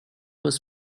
was